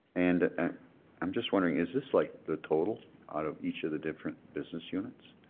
and i'm just wondering, is this like the total out of each of the different business units?